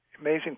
amazing